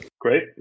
Great